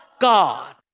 God